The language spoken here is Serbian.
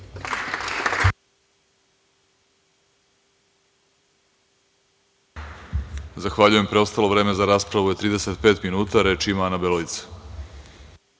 Zahvaljujem. Preostalo vreme za raspravu je 35 minuta. Reč ima narodna